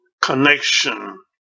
connection